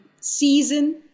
season